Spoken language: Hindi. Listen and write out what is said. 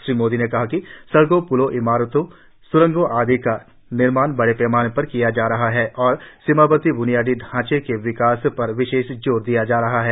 श्री मोदी ने कहा कि सडकों प्लों इमारतों स्रंगों आदि का निर्माण बडे पैमाने पर किया जा रहा है और सीमावर्ती ब्नियादी ढांचे के विकास पर विशेष जोर दिया जा रहा है